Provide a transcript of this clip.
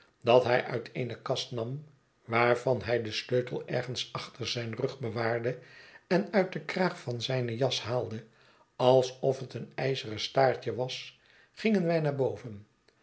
dat hij uit eene kast nam waarvan hij den sleutel ergens achter zijn rug bewaarde en uit den kraag van zijne jas haalde alsof het een ijzeren staartje was gingen wij naar boven